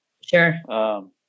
Sure